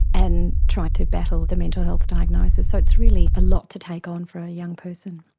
and try to battle them into health diagnosis so it's really a lot to take on for a young person.